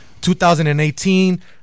2018